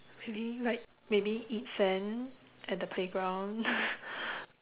maybe like maybe eat sand at the playground